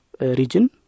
region